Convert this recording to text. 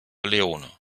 leone